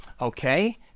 Okay